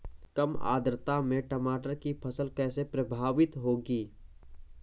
कम आर्द्रता में टमाटर की फसल कैसे प्रभावित होगी?